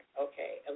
okay